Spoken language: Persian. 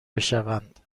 بشوند